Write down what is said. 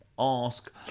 ask